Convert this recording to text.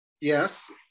Yes